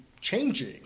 changing